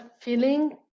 feeling